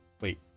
wait